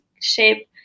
shape